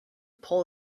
pull